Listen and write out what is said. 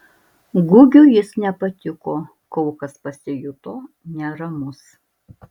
gugiui jis nepatiko kaukas pasijuto neramus